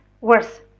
worse